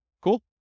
Cool